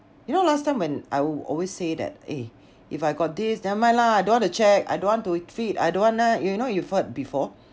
you know last time when I would always say that eh if I got this never mind lah I don't want to check I don't want to feed I don't want ah you know you've heard before